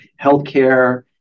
Healthcare